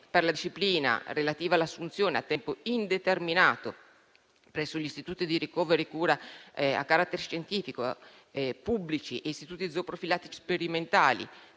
per la disciplina relativa all'assunzione a tempo indeterminato, presso gli istituti di ricovero e cura a carattere scientifico pubblici e presso istituti zooprofilattici sperimentali,